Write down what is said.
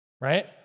right